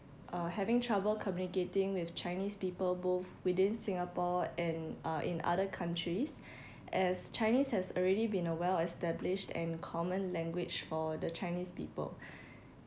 uh having trouble communicating with chinese people both within singapore and uh in other countries as chinese has already been a well established and common language for the chinese people